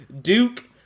Duke